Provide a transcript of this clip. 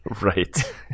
Right